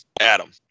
Adam